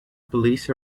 police